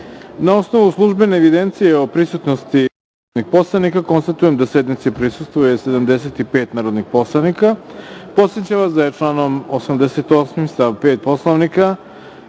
osnovu službene evidencije o prisutnosti narodnih poslanika, konstatujem da sednici prisustvuje 75 narodnih poslanika. Podsećam vas da je članom 88. stav 5. Poslovnika